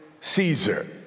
Caesar